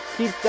Keep